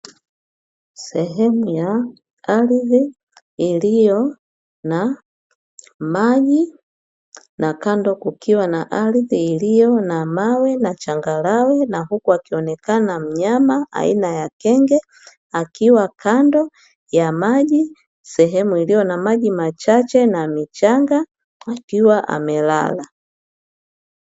Sehemu ya ardhi iliyo na maji na kando kukiwa na ardhi iliyo na mawe na changarawe, na huku akionekana mnyama aina ya kenge akiwa kando ya maji, sehemu iliyo na maji machache na michanga akiwa amelala.